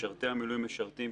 משרתי המילואים משרתים,